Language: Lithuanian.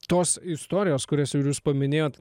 tos istorijos kurias ir jūs paminėjot